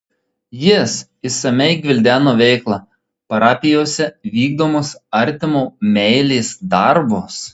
jis išsamiai gvildeno veiklą parapijose vykdomus artimo meilės darbus